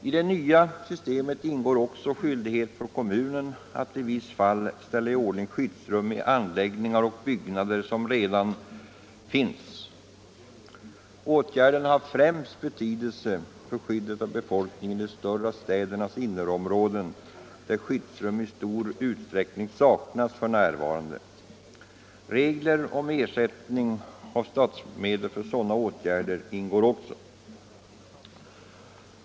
I det nya systemet ingår också skyldighet för kommuner att i vissa fall ställa i ordning skyddsrum i anläggningar och byggnader som redan finns. Åtgärden har främst betydelse för skyddet av befolkningen i de större städernas innerområden, där skyddsrum f.n. i stor utsträckning saknas. Regler om ersättning med statsmedel för sådana åtgärder ingår också.